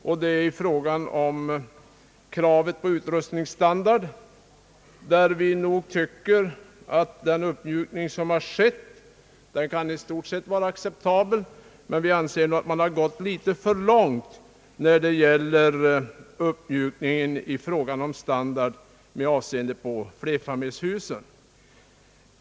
Den uppmjukning som skett av kravet på utrustningsstandard kan i stort sett vara acceptabel, men vi anser att man har gått litet för långt med uppmjukningen när det gäller standarden i flerfamiljshus.